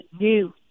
new